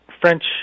French